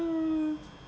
hmm